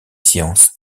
sciences